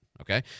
okay